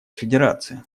федерация